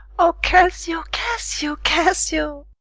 o cassio, cassio, cassio!